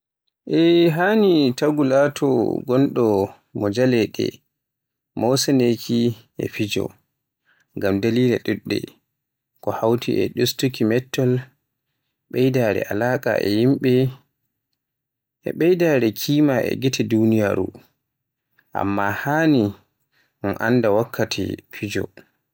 E haani taagu laato ngonɗo mo Jaleeɗe e mosinaaki e fijo, ngam dalila ɗuɗɗe, ko hawti e ɗustuki mettol, ɓeydaare àlaka e yimɓe, e ɓeydaare kima e gite duniyaaru. Amma haani un annda wakkati fijo